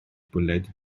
bwled